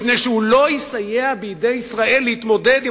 מפני שהוא לא יסייע בידי ישראל להתמודד עם